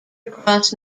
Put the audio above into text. across